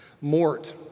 Mort